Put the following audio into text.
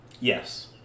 Yes